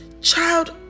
Child